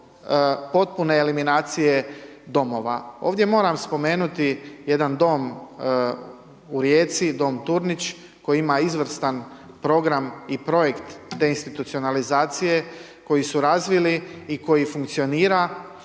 potpune eliminacije domova. Ovdje moram spomenuti jedan dom u Rijeci, Dom Turnić, koji ima izvrstan program i projekt deinstitucionalizacije koji su razvili i koji funkcionira,